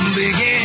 begin